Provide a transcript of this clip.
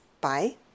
Bye